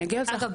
אגב,